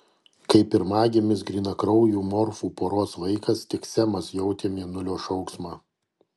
kaip pirmagimis grynakraujų morfų poros vaikas tik semas jautė mėnulio šauksmą